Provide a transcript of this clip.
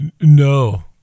no